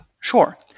Sure